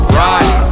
right